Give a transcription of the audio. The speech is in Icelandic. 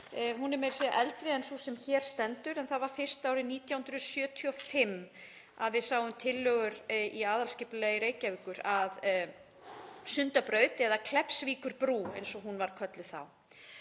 Hún er meira að segja eldri en sú sem hér stendur en það var fyrst árið 1975 sem við sáum tillögur í aðalskipulagi Reykjavíkur að Sundabraut, eða Kleppsvíkurbrú eins og hún var kölluð þá.